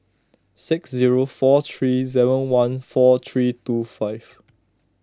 six zero four three seven one four three two five